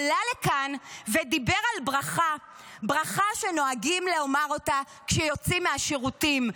אדון אמסלם עלה לכאן ודיבר על ברכה שנוהגים לומר כשיוצאים מהשירותים.